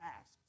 asked